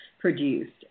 produced